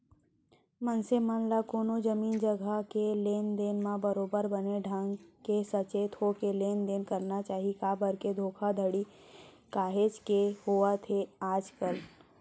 मनसे मन ल कोनो जमीन जघा के लेन देन म बरोबर बने ढंग के सचेत होके लेन देन करना चाही काबर के धोखाघड़ी काहेच के होवत हे आजकल